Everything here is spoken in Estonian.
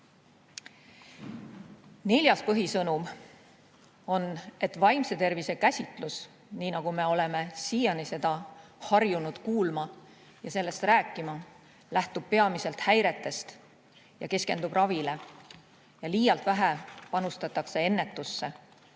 Neljas põhisõnum on, et vaimse tervise käsitlus, nii nagu me oleme siiani seda harjunud kuulma ja sellest rääkima, lähtub peamiselt häiretest ja keskendub ravile. Liialt vähe panustatakse ennetusse,